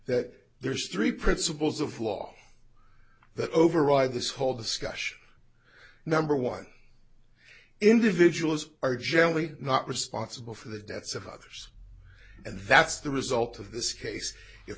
that there's three principles of law that override this whole discussion number one individuals are generally not responsible for the deaths of others and that's the result of this case if